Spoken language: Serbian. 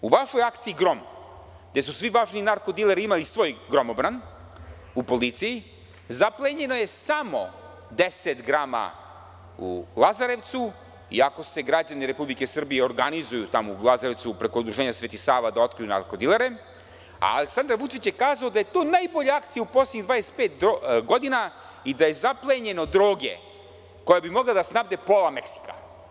U vašoj akciji „Grom“, gde su svi važni narko dileri imali svoj gromobran u policiji, zaplenjeno je samo 10 grama u Lazarevcu i ako se građani Republike Srbije organizuju, tamo u Lazarevcu, preko Udruženja Sveti Sava da otkriju narko dilere, a Aleksandar Vučić je rekao da je to najbolja akcija u poslednjih 25 godina i da je zaplenjeno droge, koja bi mogla da snabde pola Meksika.